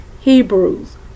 Hebrews